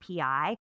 API